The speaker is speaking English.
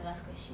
last question